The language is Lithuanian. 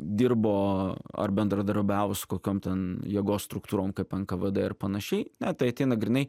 dirbo ar bendradarbiavo su kokiom ten jėgos struktūrom kaip nkvd ir panašiai ne tai ateina grynai